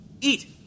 Eat